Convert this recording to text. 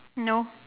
no